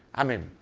i mean,